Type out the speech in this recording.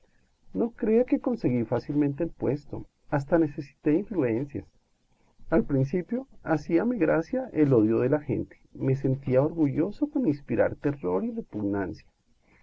no crea que conseguí fácilmente el puesto hasta necesité influencias al principio hacíame gracia el odio de la gente me sentía orgulloso con inspirar terror y repugnancia